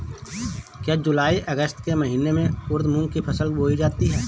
क्या जूलाई अगस्त के महीने में उर्द मूंग की फसल बोई जाती है?